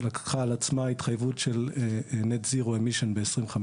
שלקחה על עצמה התחייבות של Net zero emission ב-2050.